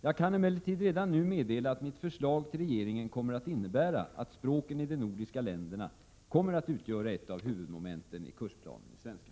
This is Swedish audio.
Jag kan emellertid redan nu meddela att mitt förslag till regeringen kommer att innebära att ”Språkeni de nordiska länderna” kommer att utgöra ett av huvudmomenten i kursplanen i svenska.